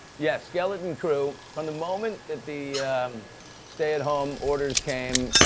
yeah, skeleton crew. from the moment that the stay-at-home orders came,